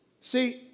See